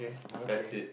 no okay